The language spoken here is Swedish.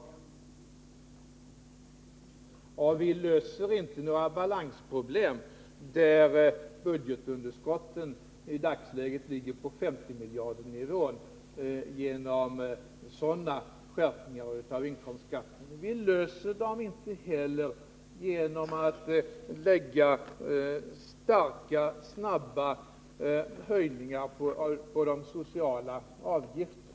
Genom sådana skärpningar av inkomstskatten löser vi inte några balansproblem när budgetunderskottet i dagsläget ligger på 50 miljardersnivån. Vi löser dem inte heller genom att lägga kraftiga snabba höjningar på de sociala avgifterna.